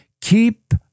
Keep